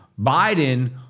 Biden